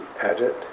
edit